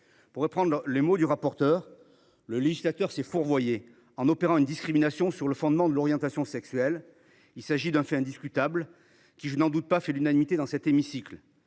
Pour reprendre les mots du rapporteur, « le législateur s’est fourvoyé » en opérant une discrimination sur le fondement de l’orientation sexuelle. Il s’agit d’un fait indiscutable ; je ne doute pas que nous serons unanimes, dans cet hémicycle,